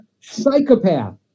psychopath